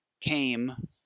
came